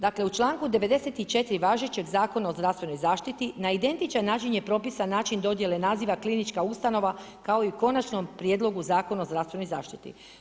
Dakle u članku 94. važećeg Zakona o zdravstvenoj zaštiti na identičan način je propisan način dodjele naziva klinička ustanova kao i u konačnom prijedlogu Zakona o zdravstvenoj zaštiti.